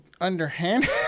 underhand